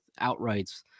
outrights